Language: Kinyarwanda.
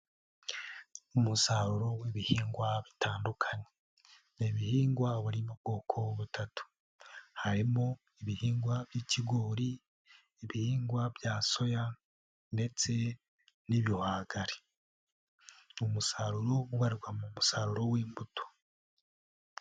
Umusaruro w'ibihingwa bitandukanye ni ibihingwa bari mu bwoko butatu, harimo ibihingwa by'ikigori, ibihingwa bya soya ndetse n'ibiwagari, umusaruro ubarwa mu musaruro w'imbuto.